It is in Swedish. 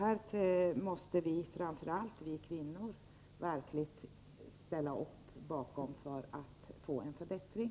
Här måste framför allt vi kvinnor ställa upp för att få till stånd en förbättring.